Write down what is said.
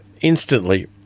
instantly